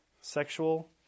Sexual